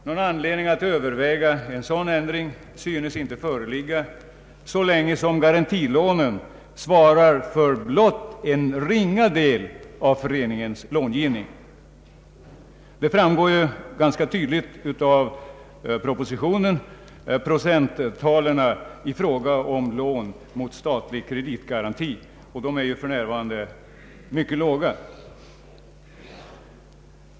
Någon anledning att överväga en sådan ändring synes inte föreligga så länge garantilånen svarar för blott en ringa del av föreningens långivning. Procenttalen i fråga om lån mot kreditgaranti framgår även ganska tydligt av propositionen. De är för närvarande mycket låga.